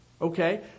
Okay